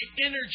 energy